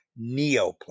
neoplasm